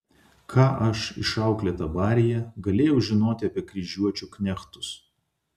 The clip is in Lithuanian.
ką aš išauklėta baryje galėjau žinoti apie kryžiuočių knechtus